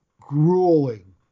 grueling